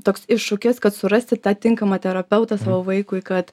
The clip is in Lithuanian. toks iššūkis kad surasti tą tinkamą terapeutą savo vaikui kad